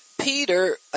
Peter